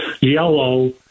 yellow